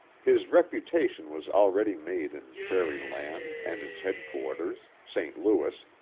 his reputation was already made in prairie land and its headquarters, saint louis,